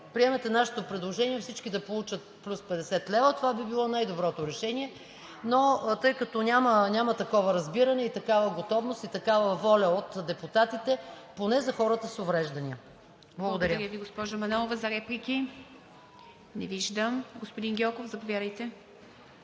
приемете нашето предложение всички да получат плюс 50 лв., това би било най-доброто решение, но тъй като няма такова разбиране, готовност и воля от депутатите, поне за хората с увреждания. Благодаря. ПРЕДСЕДАТЕЛ ИВА МИТЕВА: Благодаря Ви, госпожо Манолова. За реплики? Не виждам. Господин Гьоков, заповядайте.